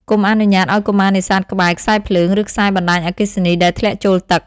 កុំអនុញ្ញាតឱ្យកុមារនេសាទក្បែរ ខ្សែភ្លើង ឬខ្សែបណ្តាញអគ្គិសនីដែលធ្លាក់ចូលទឹក។